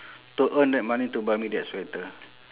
to earn that money to buy me that sweater